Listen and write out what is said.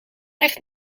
echt